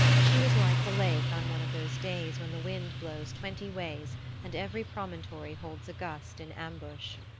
she was like the lake on one of those days when the wind blows twenty ways and every promontory holds a gust in ambush.